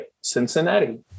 Cincinnati